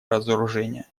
разоружение